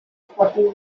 sporting